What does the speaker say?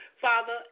Father